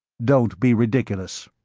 don't be ridiculous.